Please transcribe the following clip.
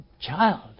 child